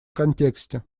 контексте